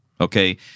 okay